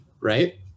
right